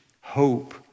hope